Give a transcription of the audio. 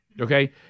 okay